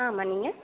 ஆமாம் நீங்கள்